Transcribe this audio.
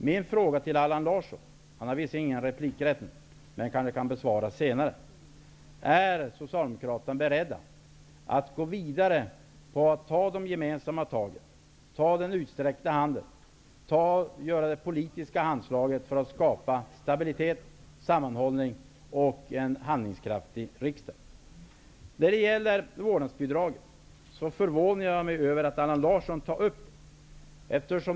Visserligen har Allan Larsson inte rätt till ytterligare replik just nu, men senare kan han kanske ge ett svar på följande fråga: Är Socialdemokraterna beredda att gå vidare och att ta gemensamma tag -- att ta den utsträckta handen och göra det politiska handslaget -- för att skapa stabilitet, sammanhållning och en handlingskraftig riksdag? Vidare förvånar det mig att Allan Larsson tar upp frågan om vårdnadsbidraget.